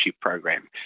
program